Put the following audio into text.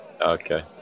Okay